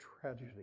tragedy